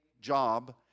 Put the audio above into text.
job